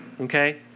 Okay